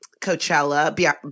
Coachella